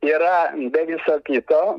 yra be viso kito